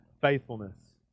faithfulness